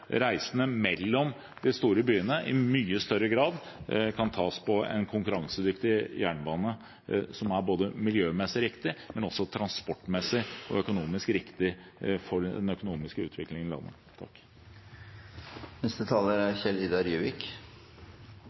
reisene mellom de store byene i mye større grad kan tas på en konkurransedyktig jernbane som er både miljømessig riktig og transportmessig og økonomisk riktig for den økonomiske utviklingen i landet vårt. Først til en tredje rullebane: Når vi sier ja til den videre utredningen, er